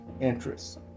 interests